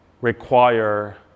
require